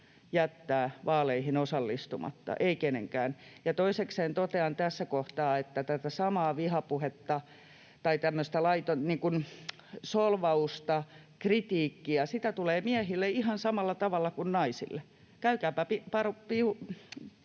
jättää vaaleihin osallistumatta, ei kenenkään. Ja toisekseen totean tässä kohtaa, että tätä samaa vihapuhetta tai tämmöistä solvausta, kritiikkiä tulee miehille ihan samalla tavalla kuin naisille. Käykääpä piruuttanne